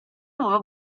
nuova